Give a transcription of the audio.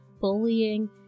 bullying